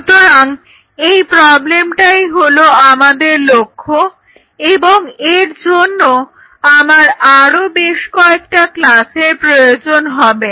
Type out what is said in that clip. সুতরাং এই প্রবলেমটাই হলো আমাদের লক্ষ্য এবং এর জন্য আমার আরো বেশ কয়েকটা ক্লাসের প্রয়োজন হবে